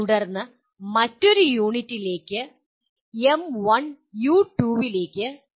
തുടർന്ന് ഞങ്ങൾ മറ്റൊരു യൂണിറ്റ് M1U2 ലേക്ക് നീങ്ങുന്നു